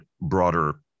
broader